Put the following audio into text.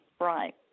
Right